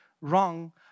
wrong